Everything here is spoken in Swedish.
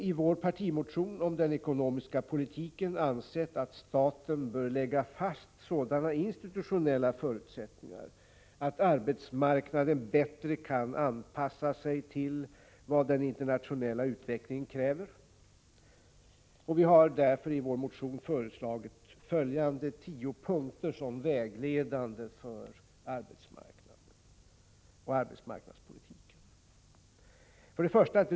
I vår partimotion om den ekonomiska politiken anser vi i stället att staten bör lägga fast sådana institutionella förutsättningar att arbetsmarknaden bättre kan anpassa sig till vad den internationella utvecklingen kräver. Vi har därför i vår motion föreslagit följande tio punkter som vägledande för arbetsmarknaden och arbetsmarknadspolitiken. 1.